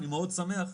אני מאוד שמח,